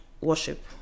worship